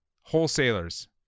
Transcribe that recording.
wholesalers